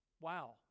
Wow